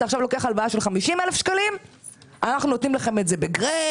אתה עכשיו לוקח הלוואה בסך 50 אלף שקלים ואנחנו נותנים לך את זה בגרייס,